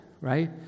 right